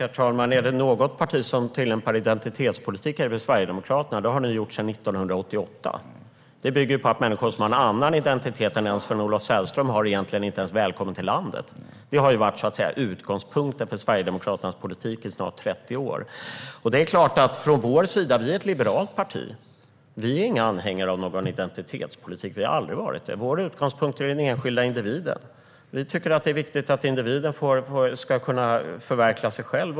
Herr talman! Är det något parti som tillämpar identitetspolitik är det väl Sverigedemokraterna. Det har ni ju gjort sedan 1988. Det bygger på att människor som har en annan identitet än den Sven-Olof Sällström har egentligen inte ens är välkomna till landet. Detta har varit utgångspunkten för Sverigedemokraternas politik i snart 30 år. Vi är ett liberalt parti. Vi är inga anhängare av någon identitetspolitik och har aldrig varit det. Vår utgångspunkt är den enskilda individen. Vi tycker att det är viktigt att individen ska kunna förverkliga sig själv.